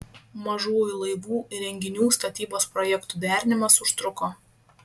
mažųjų laivų įrenginių statybos projektų derinimas užtruko